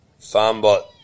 FarmBot